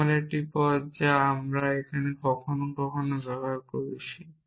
এমন একটি পদ যা আমরা কখনও কখনও ব্যবহার করেছি